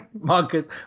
Marcus